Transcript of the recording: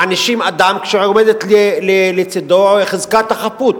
מענישים אדם כשעומדת לצדו חזקת החפות,